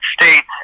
States